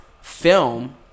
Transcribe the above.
film